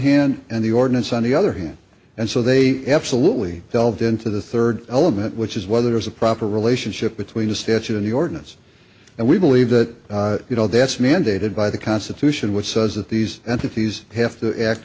hand and the ordinance on the other hand and so they absolutely delved into the third element which is whether it was a proper relationship between the statute and the ordinance and we believe that you know that's mandated by the constitution which says that these entities have to act